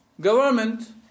government